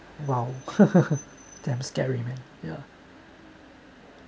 !wow! damn scary man ya